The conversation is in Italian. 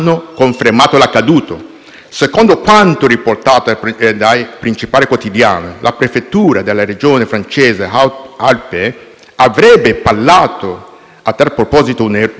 secondo quanto riportato dai principali quotidiani, la Prefettura della regione francese Hautes-Alpes avrebbe parlato a tal proposito di un "errore"